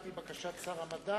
על-פי בקשת שר המדע,